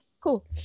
cool